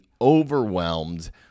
overwhelmed